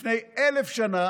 לפני אלף שנה